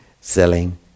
selling